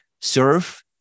serve